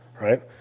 right